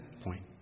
point